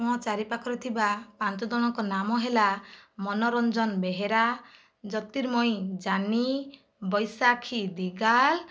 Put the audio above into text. ମୋ ଚାରିପାଖରେ ଥିବା ପାଞ୍ଚ ଜଣଙ୍କ ନାମ ହେଲା ମନୋରଞ୍ଜନ ବେହେରା ଜ୍ୟୋତିର୍ମୟୀ ଜାନି ବୈଶାଖୀ ଦିଗାଲ